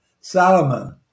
Salomon